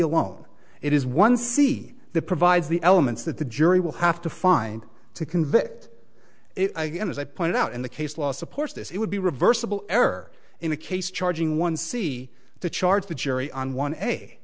alone it is one c the provides the elements that the jury will have to find to convict it again as i pointed out in the case law supports this it would be reversible error in the case charging one see the charge the jury on one